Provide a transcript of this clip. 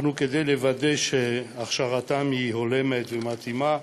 אנחנו, כדי לוודא שהכשרתם היא הולמת ומתאימה,